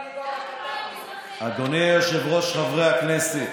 אדוני היושב-ראש, חברי הכנסת,